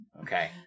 Okay